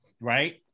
Right